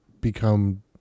become